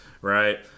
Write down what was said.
right